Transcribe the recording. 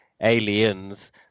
aliens